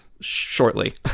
shortly